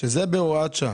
שזה בהוראת שעה.